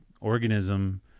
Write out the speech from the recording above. organism